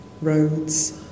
roads